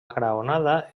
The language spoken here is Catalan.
graonada